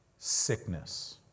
sickness